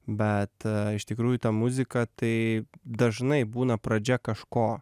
bet iš tikrųjų ta muzika tai dažnai būna pradžia kažko